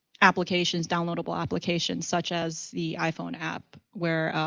applications, downloadable applications, such as the iphone app where,